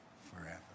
forever